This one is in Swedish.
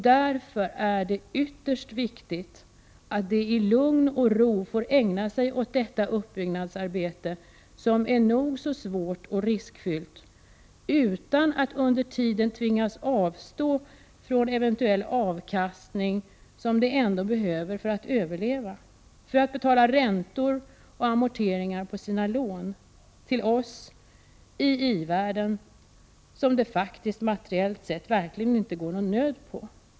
Därför är det ytterst viktigt att de i lugn och ro får tid att ägna sig åt detta uppbyggnadsarbete, som är nog så svårt och riskfyllt, utan att under tiden tvingas avstå från den eventuella avkastning som de behöver för att överleva. De skall inte behöva betala räntor och amorteringar till oss i i-världen som det faktiskt, materiellt sett, verkligen inte går någon nöd på.